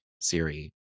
Siri